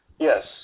Yes